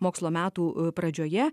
mokslo metų pradžioje